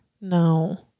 No